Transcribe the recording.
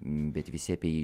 bet visi apie jį